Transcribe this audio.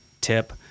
tip